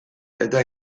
eta